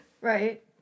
Right